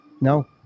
No